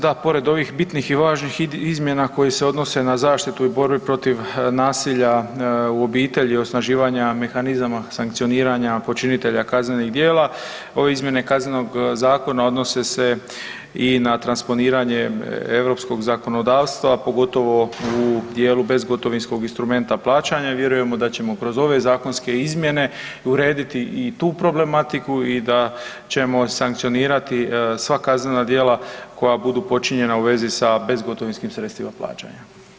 Da, pored ovih bitnih i važnih izmjena koje se odnose na zaštitu i borbu protiv nasilja u obitelji, osnaživanja mehanizama sankcioniranja počinitelja kaznenih djela, ove izmjene Kaznenog zakona odnose se i na transponiranje europskog zakonodavstva, pogotovo u dijelu bezgotovinskog instrumenta plaćanja, vjerujemo da ćemo kroz ove zakonske izmjene urediti i tu problematiku i da ćemo sankcionirati sva kaznena djela koja budu počinjena u vezi sa bezgotovinskim sredstvima plaćanja.